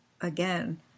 again